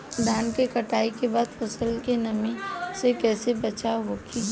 धान के कटाई के बाद फसल के नमी से कइसे बचाव होखि?